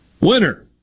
Winner